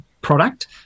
product